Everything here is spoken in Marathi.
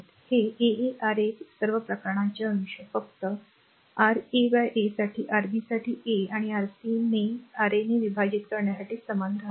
हे a a R a सर्व प्रकरणांचे अंश फक्त Ra a साठी Rb साठी a आणि Rc ने R a ने विभाजित करण्यासाठी समान राहतात